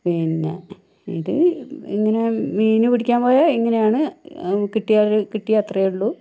പിന്നെ ഇത് ഇങ്ങനെ മീന് പിടിക്കാൻ പോയ ഇങ്ങനെയാണ് കിട്ടിയത് കിട്ടിയാൽ അത്രയേ ഉള്ളൂ